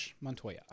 Montoya